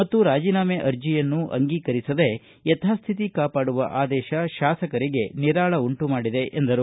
ಮತ್ತು ರಾಜೀನಾಮ ಅರ್ಜಿಯನ್ನು ಅಂಗೀಕರಿಸದೇ ಯಥಾಶ್ಥಿತಿ ಕಾಪಾಡುವ ಆದೇಶ ಶಾಸಕರಿಗೆ ನಿರಾಳ ಉಂಟು ಮಾಡಿದೆ ಎಂದರು